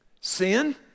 Sin